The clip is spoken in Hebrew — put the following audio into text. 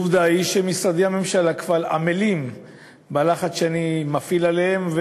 והעובדה היא שמשרדי הממשלה כבר עמלים בלחץ שאני מפעיל עליהם.